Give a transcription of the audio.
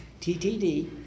TTD